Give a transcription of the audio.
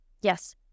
yes